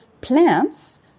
plants